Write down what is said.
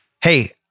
Hey